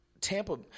Tampa